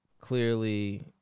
Clearly